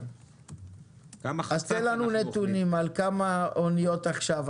אז תן לנו נתונים על כמה אוניות עכשיו.